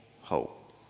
hope